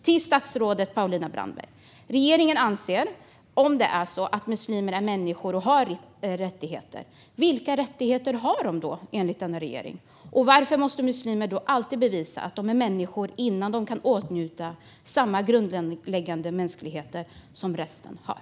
Till statsrådet Paulina Brandberg: Om regeringen anser att muslimer är människor och har rättigheter, vilka rättigheter har de då? Varför måste muslimer alltid bevisa att de är människor innan de kan åtnjuta samma grundläggande mänskliga rättigheter som resten har?